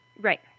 Right